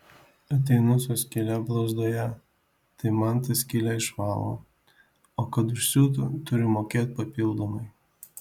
ateinu su skyle blauzdoje tai man tą skylę išvalo o kad užsiūtų turiu mokėt papildomai